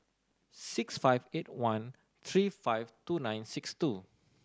six five eight one three five two nine six two